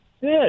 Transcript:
Good